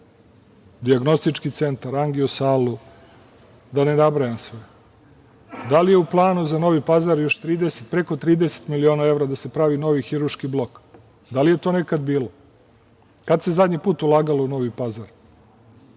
dijagnostički centar, angio salu, da ne nabrajam sve. Da li je u planu za Novi Pazar još preko 30 miliona evra da se pravi novi hirurški blok? Da li je to nekad bilo? Kad se zadnji put ulagalo u Novi Pazar?